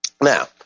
Now